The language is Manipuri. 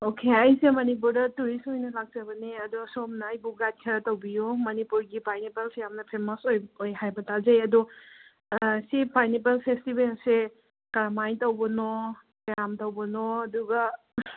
ꯑꯣꯀꯦ ꯑꯩꯁꯦ ꯃꯅꯤꯄꯨꯔꯗ ꯇꯨꯔꯤꯁ ꯑꯣꯏꯅ ꯂꯥꯛꯆꯕꯅꯦ ꯑꯗꯣ ꯁꯣꯝꯅ ꯑꯩꯕꯨ ꯒꯥꯏꯠ ꯈꯔ ꯇꯧꯕꯤꯌꯨ ꯃꯅꯤꯄꯨꯔꯒꯤ ꯄꯥꯏꯅꯦꯄꯜꯁꯦ ꯌꯥꯝꯅ ꯐꯦꯃꯁ ꯑꯣꯏ ꯍꯥꯏꯕ ꯇꯥꯖꯩ ꯑꯗꯣ ꯁꯤ ꯄꯥꯏꯅꯦꯄꯜ ꯐꯦꯁꯇꯤꯕꯦꯜꯁꯦ ꯀꯔꯝꯃꯥꯏ ꯇꯧꯕꯅꯣ ꯀꯌꯥꯝ ꯇꯧꯕꯅꯣ ꯑꯗꯨꯒ